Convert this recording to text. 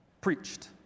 preached